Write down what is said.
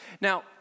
Now